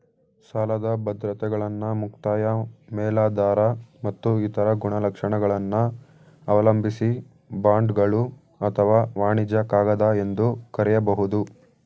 ಸಾಲದ ಬದ್ರತೆಗಳನ್ನ ಮುಕ್ತಾಯ ಮೇಲಾಧಾರ ಮತ್ತು ಇತರ ಗುಣಲಕ್ಷಣಗಳನ್ನ ಅವಲಂಬಿಸಿ ಬಾಂಡ್ಗಳು ಅಥವಾ ವಾಣಿಜ್ಯ ಕಾಗದ ಎಂದು ಕರೆಯಬಹುದು